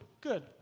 Good